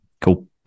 cool